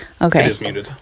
Okay